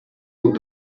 want